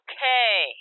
Okay